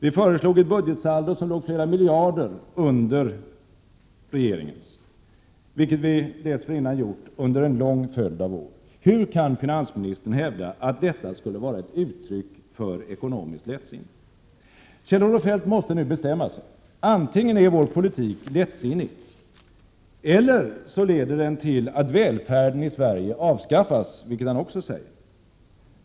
Vi föreslog ett budgetsaldo som låg flera miljarder under regeringens. Det har vi också dessförinnan gjort under en lång följd av år. Hur kan finansministern hävda att detta skulle vara ett uttryck för ekonomiskt lättsinne? Kjell-Olof Feldt måste bestämma sig nu. Antingen är vår politik lättsinnig eller också leder den till att välfärden i Sverige avskaffas, vilket han också sade.